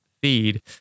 feed